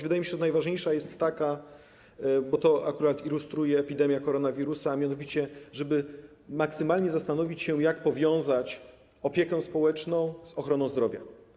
Wydaje mi się, że najważniejsza jest taka - bo to akurat ilustruje epidemia koronawirusa - żeby maksymalnie się zastanowić, jak powiązać opiekę społeczną z ochroną zdrowia.